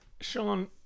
Sean